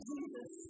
Jesus